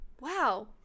wow